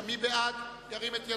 בעד, 30,